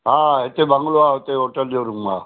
हा हिते बंगलो आहे हुते होटल जो रूम आहे